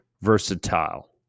versatile